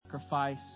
Sacrifice